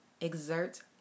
Exert